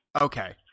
Okay